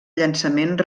llançament